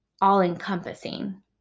all-encompassing